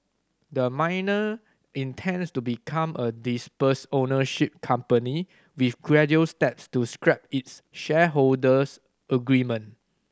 the miner intends to become a dispersed ownership company with gradual steps to scrap its shareholders agreement